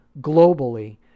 globally